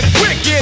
wicked